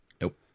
Nope